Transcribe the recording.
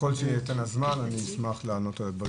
ככל שייתן הזמן אני אשמח לענות על הדברים.